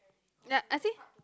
like I think